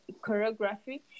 choreography